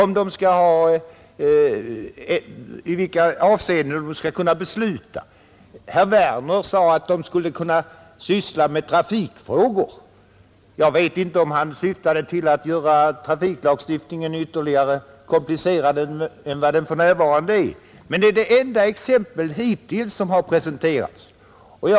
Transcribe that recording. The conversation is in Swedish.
I vilka avseenden skall de kunna besluta? Herr Werner i Malmö sade att de skall kunna syssla med trafikfrågor. Jag vet inte om han syftar till att göra trafiklagstiftningen mer komplicerad än den för närvarande är, men det är det enda exempel som hittills har presenterats.